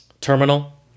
terminal